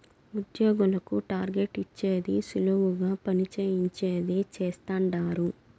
ఉద్యోగులకు టార్గెట్ ఇచ్చేది సులువుగా పని చేయించేది చేస్తండారు